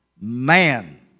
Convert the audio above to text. man